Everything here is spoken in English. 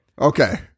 Okay